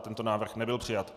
Tento návrh nebyl přijat.